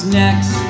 next